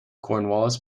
cornwallis